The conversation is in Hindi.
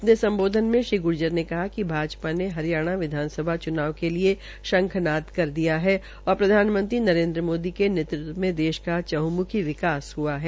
अपने सम्बोधन में श्री गूर्जर ने कहा कि भाजपा ने हरियाणा विधानसभा चुनाव के लिए शंखनाद कर दिया है और प्रधानमंत्री नरेन्द्र मोदी के नेतृत्व में देश का चंहमखी विकास हआ है